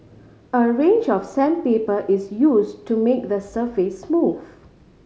a range of sandpaper is use to make the surface smooth